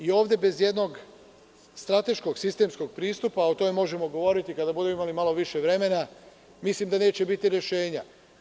Ovde bez jednog strateškog sistemskog pristupa, o tome možemo govoriti kada budemo imali malo više vremena, mislim da neće biti rešenja.